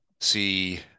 see